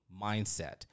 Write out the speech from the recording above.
mindset